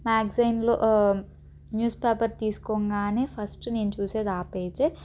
మ్యాగజైన్లో news paper తీసుకోంగానే first నేను చూసేది ఆ పేజే